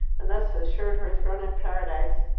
and thus assured her throne in paradise.